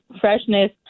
freshness